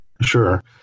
Sure